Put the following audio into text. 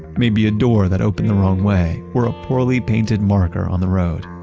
maybe a door that opened the wrong way, or a poorly painted marker on the road.